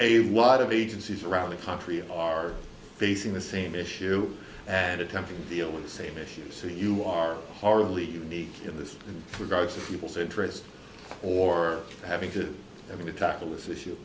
a lot of agencies around the country are facing the same issue and attempting to deal with the same issues so you are hardly unique in this regard to people's interest or having to having to tackle this issue